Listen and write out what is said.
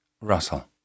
Russell